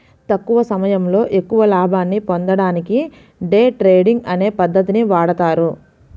తక్కువ సమయంలో ఎక్కువ లాభాల్ని పొందడానికి డే ట్రేడింగ్ అనే పద్ధతిని వాడతారు